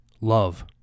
love